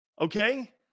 Okay